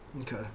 Okay